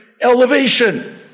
elevation